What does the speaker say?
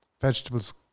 vegetables